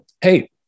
Hey